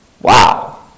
Wow